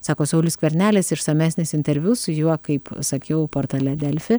sako saulius skvernelis išsamesnis interviu su juo kaip sakiau portale delfi